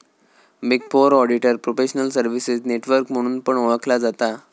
big four auditor professional services network म्हणून पण ओळखला जाता